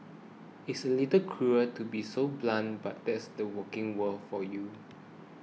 it's a little cruel to be so blunt but that's the working world for you